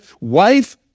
wife